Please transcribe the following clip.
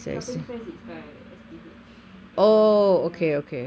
shopping festival is by S_P_H ya so